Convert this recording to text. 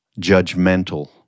judgmental